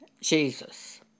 Jesus